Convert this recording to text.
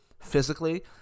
physically